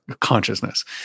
consciousness